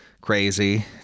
crazy